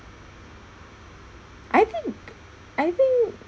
I think I think